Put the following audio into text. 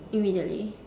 immediately